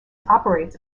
operates